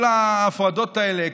כל ההפרדות האלה,